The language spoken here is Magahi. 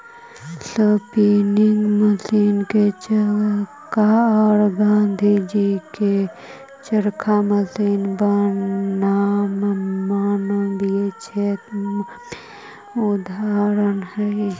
स्पीनिंग मशीन के चक्का औ गाँधीजी के चरखा मशीन बनाम मानवीय श्रम के उदाहरण हई